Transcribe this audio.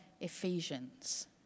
Ephesians